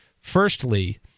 Firstly